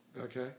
Okay